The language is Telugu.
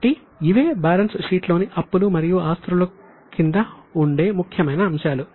కాబట్టి ఇవే బ్యాలెన్స్ షీట్లోని అప్పులు మరియు ఆస్తుల క్రింద ఉండే ముఖ్యమైన అంశాలు